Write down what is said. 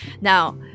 Now